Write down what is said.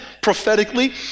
prophetically